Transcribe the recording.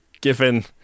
given